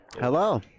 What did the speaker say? Hello